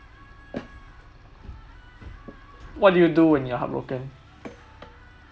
what do you do when you're heartbroken